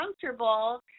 comfortable